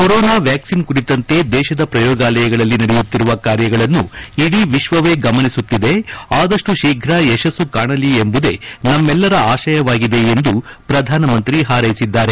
corona ವ್ಹಾಕ್ಲಿನ್ ಕುರಿತಂತೆ ದೇಶದ ಶ್ರಯೋಗಾಲಯಗಳಲ್ಲಿ ನಡೆಯುತ್ತಿರುವ ಕಾರ್ಯಗಳನ್ನು ಇಡೀ ವಿಶ್ವವೇ ಗಮನಿಸುತ್ತಿದೆ ಆದಷ್ಟು ಶೀಘ ಯಶಸ್ಲು ಕಾಣಲಿ ಎಂಬುದೇ ನಮ್ಮೆಲ್ಲರ ಆತಯ ಆಗಿದೆ ಎಂದು ಪ್ರಧಾನಿ ಹಾರೈಸಿದ್ದಾರೆ